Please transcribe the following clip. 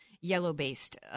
yellow-based